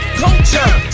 culture